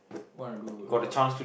wanna do a lot